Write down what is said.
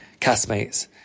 castmates